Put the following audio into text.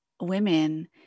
women